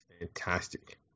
fantastic